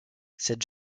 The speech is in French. cette